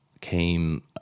came